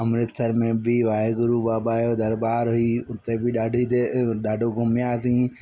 अमृतसर में बि वाहेगुरु बाबा जो दरबारु हुई उते बि ॾाढी देरि ॾाढो घुमियासीं